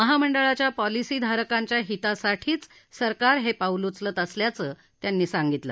महामंडळाच्या पॉलीसीधारकांच्या हितासाठीच सरकार हे पाऊल उचलत असल्याचं त्यांनी सांगितलं